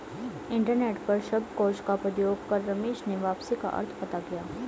internet पर शब्दकोश का प्रयोग कर रमेश ने वापसी का अर्थ पता किया